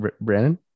Brandon